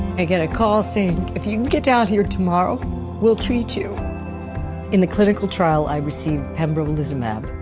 i get a call saying if you can get down here tomorrow we'll treat you in the clinical trial. i received pembrolizumab.